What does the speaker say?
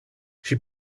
she